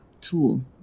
tool